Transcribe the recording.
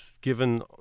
given